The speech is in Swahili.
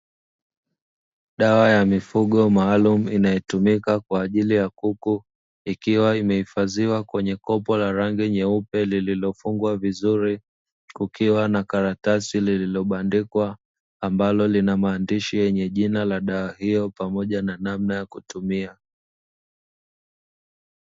Dawa ya mifugo maalum inayotumika kwa ajili ya kuku ikiwa imehifadhiwa kwenye kopo la rangi nyeupe, lililofungwa vizuri kukiwa na karatasi lililobandikwa ambalo lina maandishi yenye jina la dawa hiyo pamoja na namna ya kutumia.